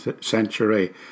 century